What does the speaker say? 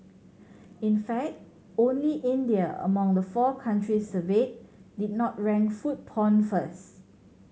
in fact only India among the four countries surveyed did not rank food porn first